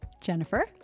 Jennifer